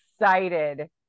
excited